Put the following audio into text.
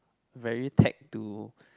very tag to